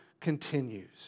continues